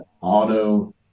auto